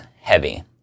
heavy